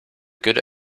good